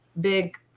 big